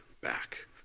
back